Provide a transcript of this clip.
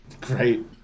Great